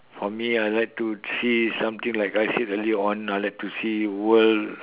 for me I like to see something like I said earlier on I like to see world